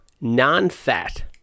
non-fat